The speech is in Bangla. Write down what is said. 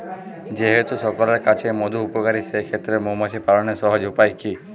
যেহেতু সকলের কাছেই মধু উপকারী সেই ক্ষেত্রে মৌমাছি পালনের সহজ উপায় কি?